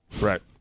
Right